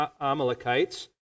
Amalekites